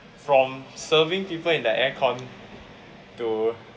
from serving people in the air con to